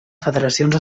federacions